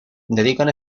dedican